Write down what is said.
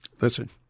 Listen